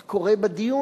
מה קורה בדיון?